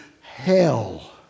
hell